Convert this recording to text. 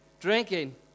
drinking